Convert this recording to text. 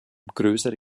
größere